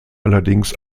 allerdings